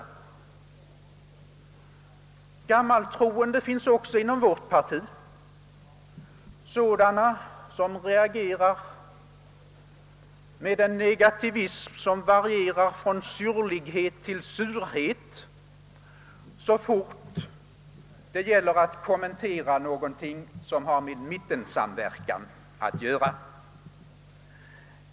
Gammaltroende finns också inom högerpartiet. Det är sådana människor som reagerar med en negativism som varierar från syrlighet till surhet så fort det gäller att kommentera någonting som har med mittenpartierna att göra.